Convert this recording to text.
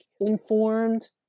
informed